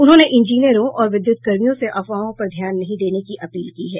उन्होंने इंजीनियरों और विद्यूत कर्मियों से अफवाहों पर ध्यान नहीं देने की अपील की है